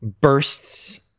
bursts